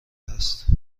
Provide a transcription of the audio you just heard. است